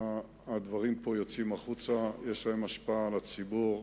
הדברים פה יוצאים החוצה, יש להם השפעה על הציבור,